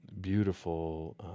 beautiful